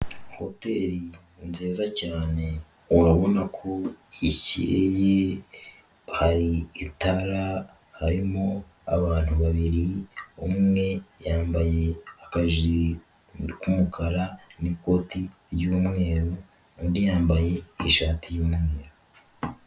Hoteli nziza cyane urabona ko icyeye, hari itara, harimo abantu babiri umwe yambaye akajire k'umukara n'ikoti ry'umweru undi yambaye ishati y'umweru.